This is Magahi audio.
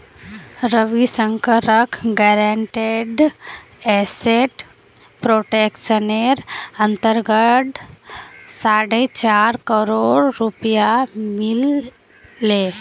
रविशंकरक गारंटीड एसेट प्रोटेक्शनेर अंतर्गत साढ़े चार करोड़ रुपया मिल ले